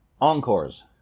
encores